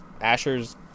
Asher's